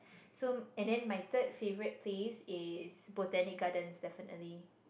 so and then my third favorite place is Botanic-Garden definitely